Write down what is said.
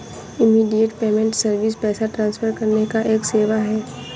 immediate payment service पैसा transfer करने का एक सेवा है